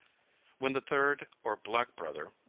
when the third, or black brother,